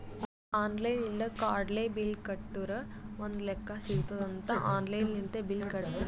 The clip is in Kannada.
ಆನ್ಲೈನ್ ಇಲ್ಲ ಕಾರ್ಡ್ಲೆ ಬಿಲ್ ಕಟ್ಟುರ್ ಒಂದ್ ಲೆಕ್ಕಾ ಸಿಗತ್ತುದ್ ಅಂತ್ ಆನ್ಲೈನ್ ಲಿಂತೆ ಬಿಲ್ ಕಟ್ಟತ್ತಿನಿ